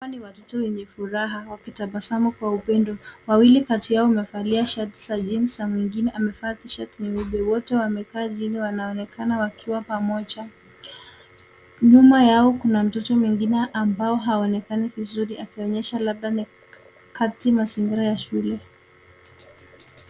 Hawa ni watoto wenye furaha wakitabasamu kwa upendo. Wawili kati yao wamevalia shati za jeans na wengine amevaa t-shirt nyeupe. Wote wamekaa chini, wanaonekana wakiwa pamoja. Nyuma yao kuna mtoto mwingine ambao haonekani vizuri akionyesha labda ni kati mazingira ya shule.